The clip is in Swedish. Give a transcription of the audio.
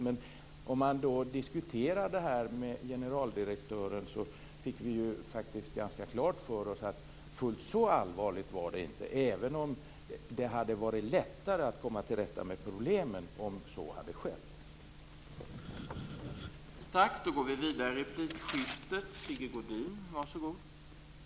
Vid diskussioner med generaldirektören fick vi dock ganska klart för oss att fullt så allvarligt är det inte, även om det skulle vara lättare att komma till rätta med problemen om riksdagsbeslut inte fattas som påverkar nämnda arbete.